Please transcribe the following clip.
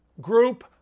group